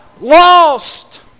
Lost